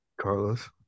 Carlos